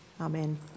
Amen